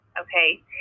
Okay